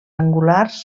angulars